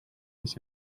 kes